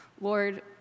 Lord